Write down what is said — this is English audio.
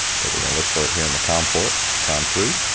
so we're gonna look for it here in the com port, com three.